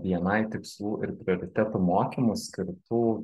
bni tikslų ir prioritetų mokymų skirtų